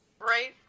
Right